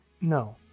no